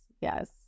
Yes